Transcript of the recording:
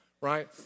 right